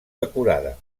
decorada